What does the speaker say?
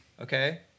Okay